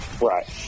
Right